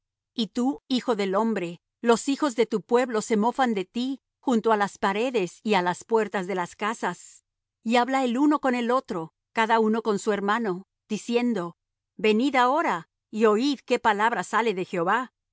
y tú hijo del hombre los hijos de tu pueblo se mofan de ti junto á las paredes y á las puertas de las casas y habla el uno con el otro cada uno con su hermano diciendo venid ahora y oid qué palabra sale de jehová